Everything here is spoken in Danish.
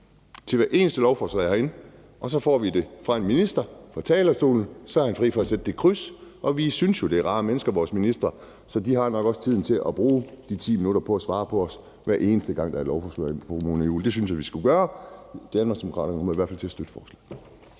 ved hvert eneste lovforslag, og så får vi svaret fra ministeren fra talerstolen. Så er han fri for at sætte det kryds. Og vores ministre er jo rare mennesker, så de har nok også tid til at bruge de ti minutter på at svare, hver eneste gang et lovforslag bliver behandlet. Det synes jeg vi skulle gøre, fru Mona Juul. Danmarksdemokraterne kommer i hvert fald til at støtte forslaget.